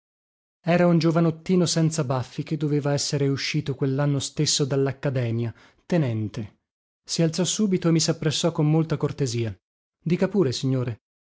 era un giovanottino senza baffi che doveva essere uscito quellanno stesso dallaccademia tenente si alzò subito e mi sappressò con molta cortesia dica pure signore